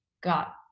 got